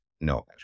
No